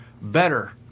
better